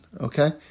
Okay